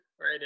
right